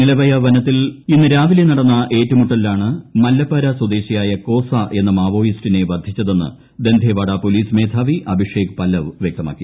നിലവയ വനത്തിൽ ഇന്ന് രാവിലെ നടന്ന ഏറ്റുമുട്ടലിലാണ് മല്ലപാര സ്വദേശിയായ കോസ എന്ന മാവോയിസ്റ്റിനെ വധിച്ചതെന്ന് ദന്തേവാഡ പോലീസ് മേധാവി അഭിഷേക് പല്ലവ് വ്യക്തമാക്കി